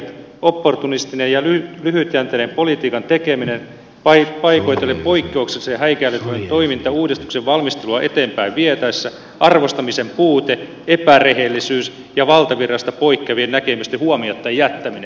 opportunistinen ja lyhytjänteinen politiikan tekeminen paikoitellen poikkeuksellisen häikäilemätön toiminta uudistuksen valmistelua eteenpäin vietäessä arvostamisen puute epärehellisyys ja valtavirrasta poikkeavien näkemysten huomiotta jättäminen